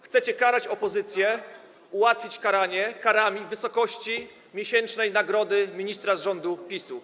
Chcecie karać opozycję, ułatwić nakładanie kar w wysokości miesięcznej nagrody ministra z rządu PiS.